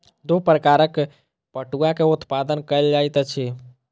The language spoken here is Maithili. दू प्रकारक पटुआ के उत्पादन कयल जाइत अछि